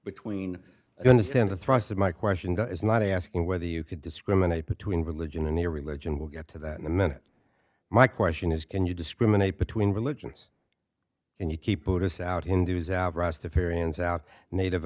between you understand the thrust of my question is not asking whether you could discriminate between religion and your religion we'll get to that in a minute my question is can you discriminate between religions and you keep